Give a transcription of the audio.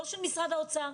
לא של משרד האוצר,